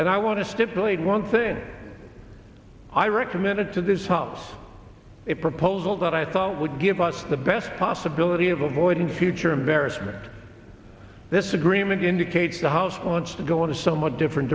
and i want to stipulate one thing i recommended to this hops a proposal that i thought would give us the best possibility of avoiding future embarrassment this agreement indicates the house wants to go on a somewhat different